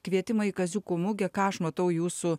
kvietimą į kaziuko mugę ką aš matau jūsų